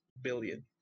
billion